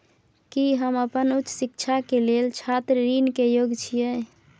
की हम अपन उच्च शिक्षा के लेल छात्र ऋण के योग्य छियै?